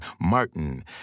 Martin